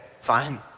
fine